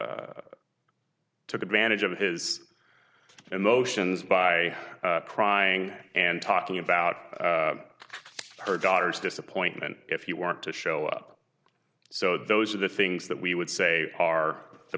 took advantage of his emotions by crying and talking about her daughter's disappointment if you want to show up so those are the things that we would say are the